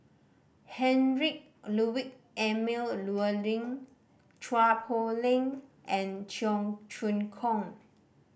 Heinrich Ludwig Emil Luering Chua Poh Leng and Cheong Choong Kong